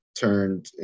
turned